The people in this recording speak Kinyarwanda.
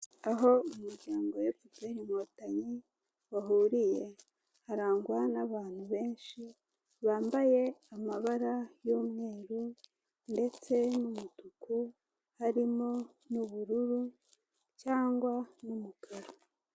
Aho umuryango wa FPR inkotanyi wahuriye harangwa n'abantu benshi bambaye amabara y'umweru ndetse n'umutuku harimo n'ubururu cyangwa n'umukara .